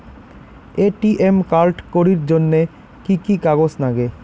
ATM card করির জন্যে কি কি কাগজ নাগে?